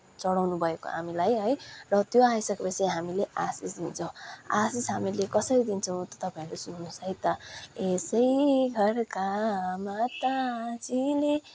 चढाउनुभएको हामीलाई है र त्यो आइसकेपछि हामीले आशीष दिन्छौँ आशीष हामीले कसरी दिन्छौँ त्यो तपाईँहरूले सुन्नुहोस् है त यसै घरका माताजीले